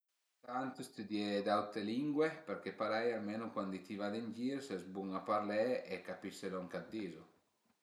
Al e ëmpurtant stüdié d'autre lingue perché parei almenu cuandi ti vade ën gir s'es bun a parlé e capise lon ch'a të dizu